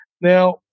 Now